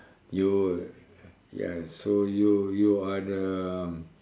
you ya so you you are the